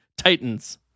titans